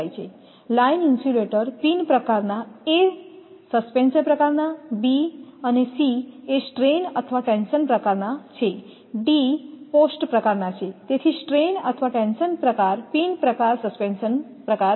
line insulator pin પ્રકારના A suspension પ્રકારના B અને એ સ્ટ્રેઇન અથવા ટેન્શન પ્રકારના છે અને ડી પોસ્ટ પ્રકારના છે તેથી સ્ટ્રેઇન અથવા ટેન્શન પ્રકાર પિન પ્રકાર સસ્પેન્શન પ્રકાર છે